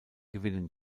gewinnen